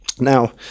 Now